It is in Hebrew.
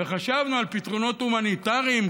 וחשבנו על פתרונות הומניטריים,